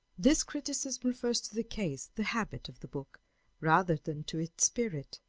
this criticism refers to the case, the habit, of the book rather than to its spirit,